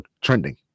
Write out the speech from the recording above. trending